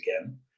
again